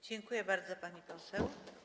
Dziękuję bardzo, pani poseł.